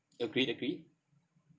agreed agreed